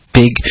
big